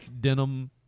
denim